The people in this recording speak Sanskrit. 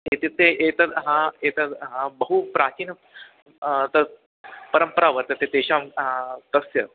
इत्युक्ते एतद् हा एतद् हा बहुप्रचीना तद् परम्परा वर्तते तेषां तस्य